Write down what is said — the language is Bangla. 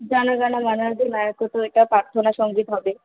জন গণ মন অধিনায়কও তো এটা প্রার্থনা সঙ্গীত হবে